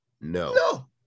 No